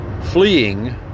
fleeing